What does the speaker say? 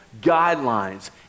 guidelines